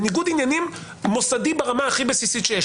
בניגוד עניינים מוסדי ברמה הכי בסיסית שיש.